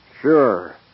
Sure